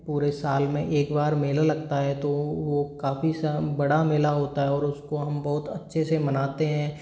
पूरे साल में एक बार मेला लगता है तो वो काफ़ी स बड़ा मेला होता है और उसको हम बहुत अच्छे से मनाते हैं